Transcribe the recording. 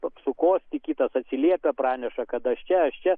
apsukosti kitas atsiliepia praneša kad aš čia aš čia